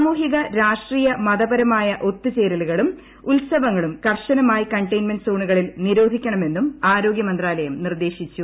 സാമൂഹിക രാഷ്ട്രീയ മതപരമായ ഒത്തുഭൂചേരലുകളും ഉത്സവങ്ങളും കർശനമായി കണ്ടെയിൻ ്റ്റ്മുന്റ് സോണുകളിൽ നിരോധിക്കണമെന്നും ആരോഗ്യമന്ത്രിാല്ലയ്ം നിർദ്ദേശിച്ചു